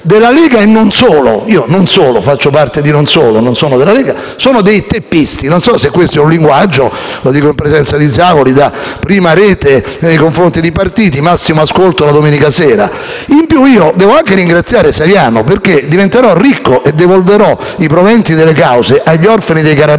della Lega e non solo - io faccio parte del «non solo», perché non sono della Lega - sono dei teppisti. Non so se questo sia un linguaggio - lo dico in presenza del senatore Zavoli - da prima rete nei confronti dei partiti, con il massimo ascolto la domenica sera. Inoltre devo anche ringraziare Saviano, perché diventerò ricco e devolverò i proventi delle cause agli orfani dei Carabinieri.